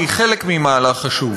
והיא חלק ממהלך חשוב.